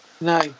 No